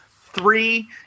three